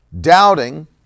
doubting